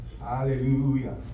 Hallelujah